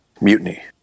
Mutiny